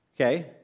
Okay